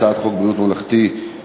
הצעת חוק ביטוח בריאות ממלכתי (תיקון,